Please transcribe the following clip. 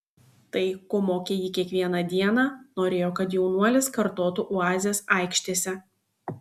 tai ko mokė jį kiekvieną dieną norėjo kad jaunuolis kartotų oazės aikštėse